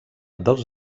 dels